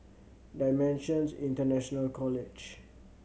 Dimensions International College